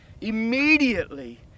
Immediately